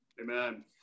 Amen